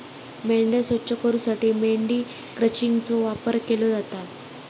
मेंढ्या स्वच्छ करूसाठी मेंढी क्रचिंगचो वापर केलो जाता